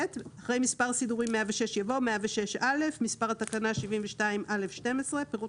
אחרי מספר סידורי 106 יבוא: מספר מספרפירוט נוסף